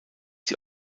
sie